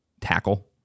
tackle